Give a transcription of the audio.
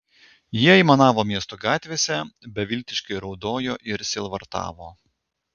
jie aimanavo miesto gatvėse beviltiškai raudojo ir sielvartavo